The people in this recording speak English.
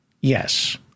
yes